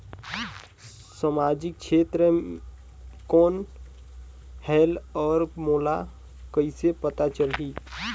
समाजिक क्षेत्र कौन होएल? और मोला कइसे पता चलही?